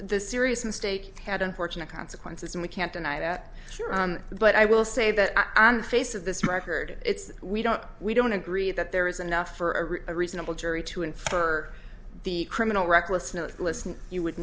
the serious mistake had unfortunate consequences and we can't deny that but i will say that on the face of this record it's we don't we don't agree that there is enough for a reasonable jury to infer the criminal recklessness listen you would